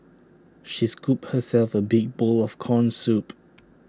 she scooped herself A big bowl of Corn Soup